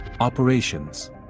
operations